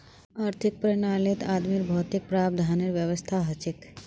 आर्थिक प्रणालीत आदमीर भौतिक प्रावधानेर व्यवस्था हछेक